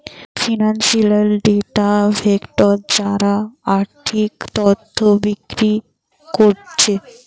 financial data vendor যারা আর্থিক তথ্য বিক্রি কোরছে